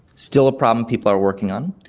still a problem people are working on.